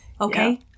Okay